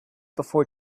before